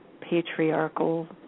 patriarchal